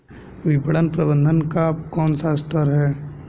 विपणन प्रबंधन का कौन सा स्तर है?